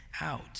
out